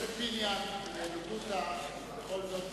חבר הכנסת פיניאן, בבקשה,